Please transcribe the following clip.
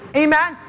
amen